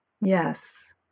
Yes